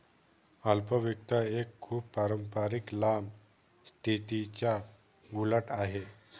अल्प वित्त एक खूप पारंपारिक लांब स्थितीच्या उलट आहे